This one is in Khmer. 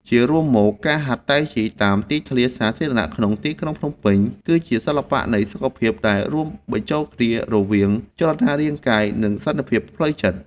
ជារួមមក ការហាត់តៃជីតាមទីធ្លាសាធារណៈក្នុងទីក្រុងភ្នំពេញគឺជា សិល្បៈនៃសុខភាព ដែលរួមបញ្ចូលគ្នារវាង ចលនារាងកាយ និងសន្តិភាពផ្លូវចិត្ត។